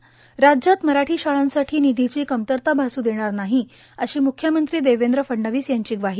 शी राज्यात मराठी शाळांसाठी निधीची कमतरता भासू देणार नाही अशी म्ख्यमंत्री देवेंद्र फडणवीस यांची ग्वाही